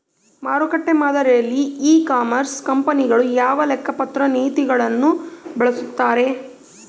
ಮಾರುಕಟ್ಟೆ ಮಾದರಿಯಲ್ಲಿ e commerce ಕಂಪನಿಗಳು ಯಾವ ಲೆಕ್ಕಪತ್ರ ನೇತಿಗಳನ್ನು ಬಳಸುತ್ತಾರೆ?